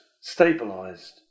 stabilized